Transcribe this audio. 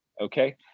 okay